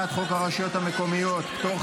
אני קובע כי הצעת חוק הביטוח הלאומי (תיקון,